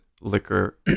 liquor